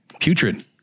Putrid